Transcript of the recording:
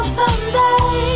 someday